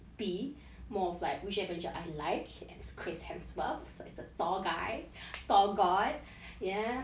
more of like which avenger I like and it's chris hemsworth so it's a thor guy thor god ya